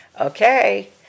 okay